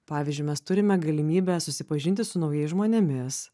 pavyzdžiui mes turime galimybę susipažinti su naujais žmonėmis